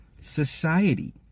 society